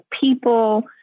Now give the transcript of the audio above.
people